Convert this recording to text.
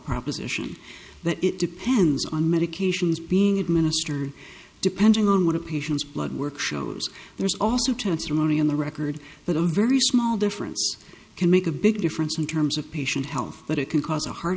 proposition that it depends on medications being administered depending on what a patient's blood work shows there's also two it's really on the record but a very small difference can make a big difference in terms of patient health but it can cause a heart